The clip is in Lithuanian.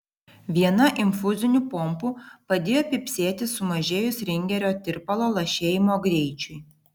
viena infuzinių pompų padėjo pypsėti sumažėjus ringerio tirpalo lašėjimo greičiui